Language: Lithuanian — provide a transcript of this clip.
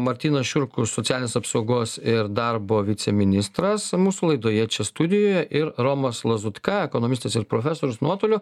martynas šiurkus socialinės apsaugos ir darbo viceministras mūsų laidoje čia studijoje ir romas lazutka ekonomistas ir profesorius nuotoliu